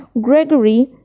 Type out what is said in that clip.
Gregory